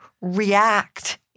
react